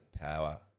power